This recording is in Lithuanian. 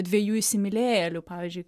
dviejų įsimylėjėlių pavyzdžiui